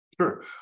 Sure